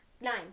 Nine